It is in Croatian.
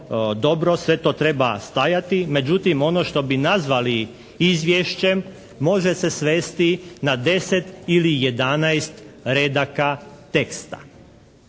dobro, sve to treba stajati, međutim ono što bi nazvali izvješćem može se svesti na 10 ili 11 redaka teksta.